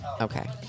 Okay